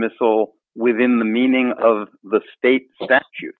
missal within the meaning of the state statu